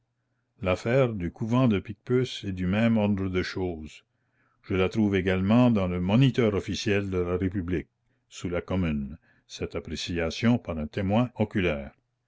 l'affaire du couvent de picpus est du même ordre de choses je la trouve également dans le moniteur officiel de la république sous la commune cette appréciation par un témoin oculaire